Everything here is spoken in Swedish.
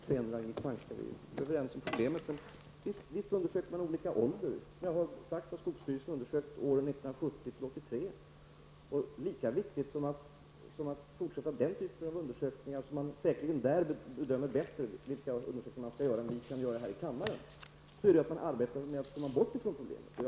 Fru talman! Vi är överens om problemet, Ragnhild Pohanka. Visst undersöker man olika ålder. Som jag sade har skogsstyrelsen gjort undersökningar under åren 1970--1983. Lika viktigt som att fortsätta den typen av undersökningar -- man bedömer säkerligen bättre vilka undersökningar man skall göra än vad vi kan göra här i kammaren -- är att man arbetar med att komma bort ifrån problemet.